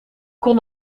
kon